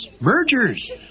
mergers